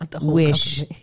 wish